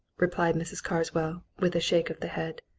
replied mrs. carswell, with a shake of the head.